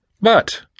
But